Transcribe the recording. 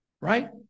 Right